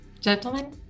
Gentlemen